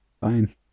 Fine